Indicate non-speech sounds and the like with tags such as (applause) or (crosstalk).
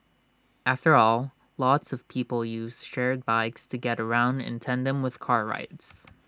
after all lots of people use shared bikes to get around in tandem with car rides (noise)